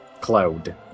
Cloud